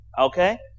Okay